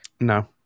No